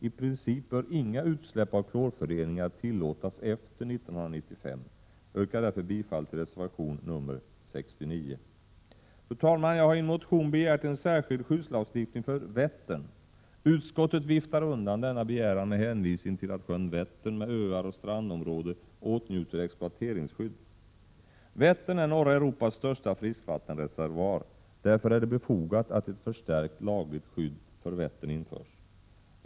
I princip bör inga utsläpp av klorföreningar tillåtas efter 1995. Jag yrkar därför bifall till reservation nr 69. Jag har i en motion begärt en särskild skyddslagstiftning för Vättern. Utskottet viftar undan denna begäran med hänvisning till att sjön Vättern med öar och strandområde åtnjuter exploateringsskydd. Vättern är norra Europas största friskvattenreservoar. Därför är det befogat att ett förstärkt lagligt skydd för Vättern införs.